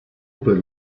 per